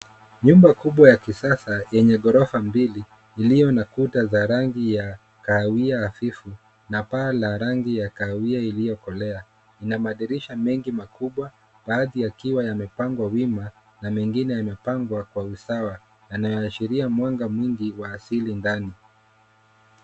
Nyumba kubwa ya kisasa yenye ghorofa mbili iliyo na kuta za kisasa zenye rangi ya kahawia hafifu na paa iliyo na rangi ya kahawia iliyokolea. Ina madirisha mengi makubwa, baadhi yakiwa yamepangwa wima na mengine yamepangwa kwa usawa yanayoashiria mwanga mingi wa asili ndani.